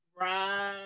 Right